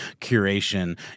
curation